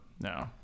No